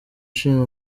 ushinzwe